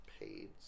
paid